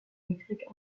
électrique